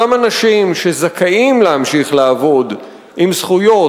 אותם אנשים שזכאים להמשיך לעבוד עם זכויות,